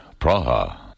Praha